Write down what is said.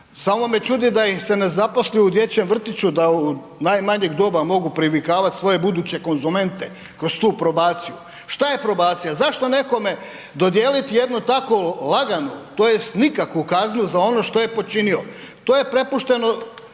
samo me čudi da ih se ne zaposli u dječjem vrtiću, da od najmanjeg doba mogu privikivat svoje buduće konzumente kroz tu probaciju. Šta je probacija? Zašto nekome dodijelit jednu tako laganu, tj. nikakvu kaznu za ono što je počinio? To je prepušteno